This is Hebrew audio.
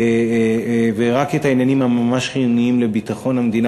ורק את העניינים הממש-חיוניים לביטחון המדינה,